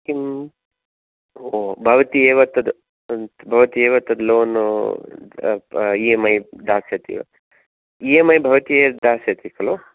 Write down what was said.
किम् ओ भवति एव तद् भवति एव तद् लोन् ई एम् ऐ दास्यति ई एम् ऐ भवति यत् दास्यति खलु